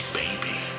baby